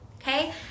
Okay